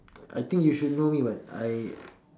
I think you should know me [what] I